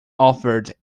offered